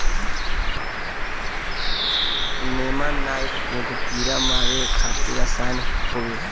नेमानाइट एगो कीड़ा मारे खातिर रसायन होवे